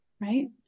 right